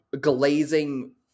glazing